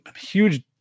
huge